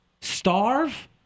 Starve